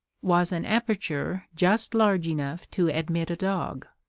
was an aperture just large enough to admit a dog.